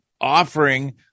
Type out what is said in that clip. offering